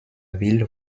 ville